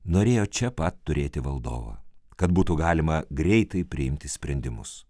norėjo čia pat turėti valdovą kad būtų galima greitai priimti sprendimus